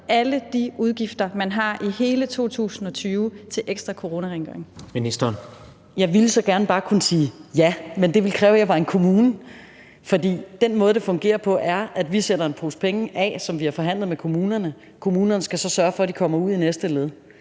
og undervisningsministeren (Pernille Rosenkrantz-Theil): Jeg ville så gerne bare kunne sige ja, men det ville kræve, at jeg var en kommune, for den måde, det fungerer på, er, at vi sætter en pose penge af, som vi har forhandlet med kommunerne, og kommunerne skal så sørge for, at de kommer ud i næste led.